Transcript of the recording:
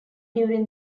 during